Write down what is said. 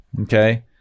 okay